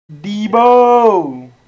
Debo